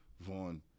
Vaughn